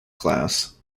class